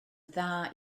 dda